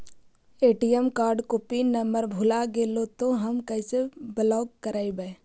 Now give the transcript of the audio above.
ATM card को pin number भुला गैले तौ हम कैसे ब्लॉक करवै?